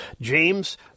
James